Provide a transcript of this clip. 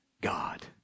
God